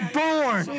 born